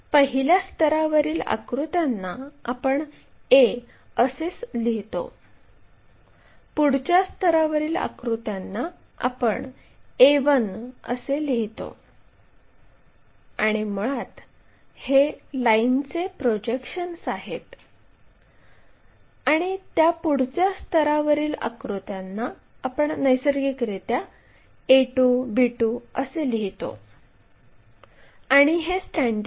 तर P बिंदूपासून p q ही प्रोजेक्शन लाईन काढू म्हणजेच PQ ही 60 मिमी लांबीची आहे आणि ती या XY अक्षाशी समांतर आहे आणि आडव्या प्लेन आणि उभ्या प्लेनपासून 15 मिमी अंतरावर आहे